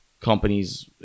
Companies